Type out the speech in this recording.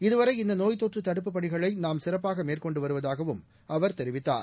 இதுவரை இந்த நோய் தொற்று தடுப்புப்பணிகளை நாம் சிறப்பாக மேற்கொண்டு வருவதாகவும் அவர் தெரிவித்தார்